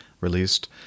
released